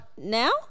now